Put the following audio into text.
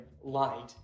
light